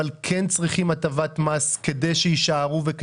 אבל הם צריכים את הטבת המס כדי שבסבב